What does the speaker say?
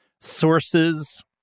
sources